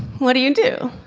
what do you do?